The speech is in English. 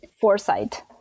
foresight